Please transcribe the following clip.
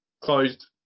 closed